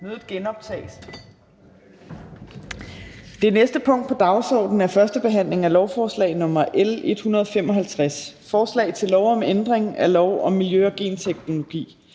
(Kl. 14:23). --- Det næste punkt på dagsordenen er: 8) 1. behandling af lovforslag nr. L 155: Forslag til lov om ændring af lov om miljø og genteknologi.